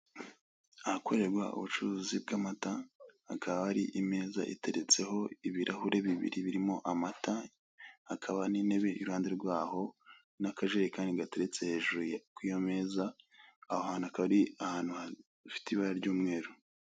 Ahakorerwa ubucuruzi bw'amata, hakaba hari imeza iteretseho ibirahure bibiri birimo amata, hakaba n'intebe iruhande rwaho n'akajerekai gateretse hejuru kuri iyo meza, aho ahantu hakaba ari ahantu hafite ibara ry'umweru.